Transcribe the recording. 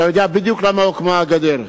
אתה יודע בדיוק למה הוקמה הגדר.